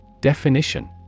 Definition